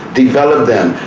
develop them,